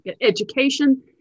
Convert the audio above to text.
education